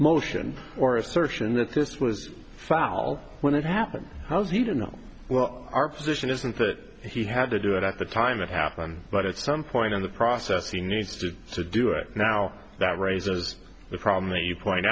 motion or assertion that this was foul when it happened how he didn't know well our position isn't that he had to do it at the time it happened but at some point in the process he needs to do it now that raises the problem that you point